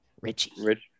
Richie